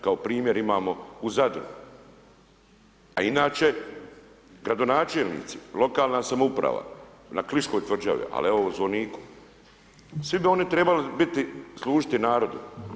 Kao primjer imamo u Zadru, a inače gradonačelnici, lokalna samouprava, na … tvrđavi, ali evo zvoniku, svi bi oni trebali biti služiti narodu.